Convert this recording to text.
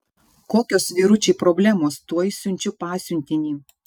kokios vyručiai problemos tuoj siunčiu pasiuntinį